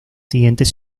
siguientes